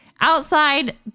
outside